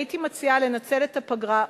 הייתי מציעה לנצל את הפגרה,